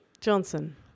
Johnson